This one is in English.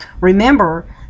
Remember